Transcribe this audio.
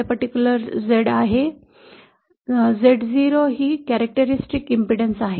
एका विशिष्ट Z येथे Zo ही वैशिष्ट्यपूर्ण प्रतिरोध आहे